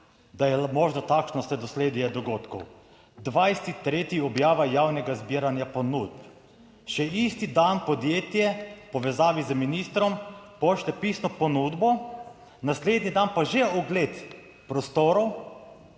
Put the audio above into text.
da je možno takšno dosledje dogodkov: 20. 3. objava javnega zbiranja ponudb, še isti dan podjetje v povezavi z ministrom pošlje pisno ponudbo, naslednji dan pa že ogled prostorov